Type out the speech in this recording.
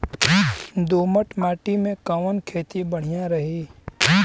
दोमट माटी में कवन खेती बढ़िया रही?